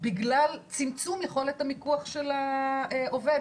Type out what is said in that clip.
בגלל צמצום יכולת המיקוח של העובד,